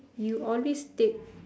you always take